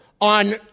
on